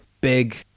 big